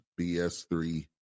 BS3